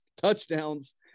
touchdowns